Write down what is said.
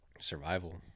Survival